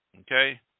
Okay